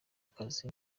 akazi